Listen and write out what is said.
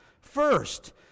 First